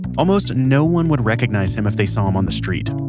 almost no one would recognize him if they saw him on the street,